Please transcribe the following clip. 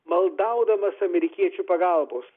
maldaudamas amerikiečių pagalbos